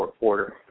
order